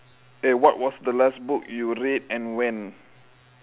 eh what was the last book you read and when